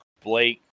Blake